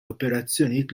operazzjonijiet